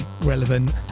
relevant